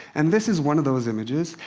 and this is one of those images.